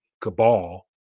cabal